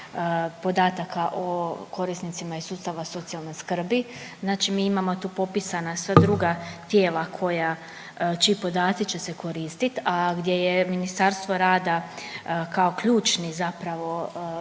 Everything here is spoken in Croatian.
podataka o korisnicima iz sustava socijalne skrbi. Znači, mi imamo tu popisana sva druga tijela koja, čiji podaci će se koristiti a gdje je Ministarstvo rada kao ključni zapravo